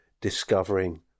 discovering